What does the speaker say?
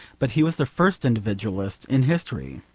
but he was the first individualist in history.